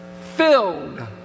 filled